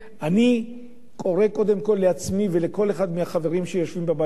אני קורא קודם כול לעצמי ולכל אחד מהחברים שיושבים בבית הזה,